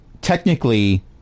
technically